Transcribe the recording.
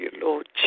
Lord